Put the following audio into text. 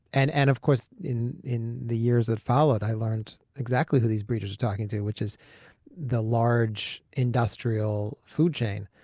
and and of course, in in the years that followed, i learned exactly who these breeders are talking to, which is the large industrial food chain,